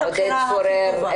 עודד פורר,